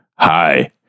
Hi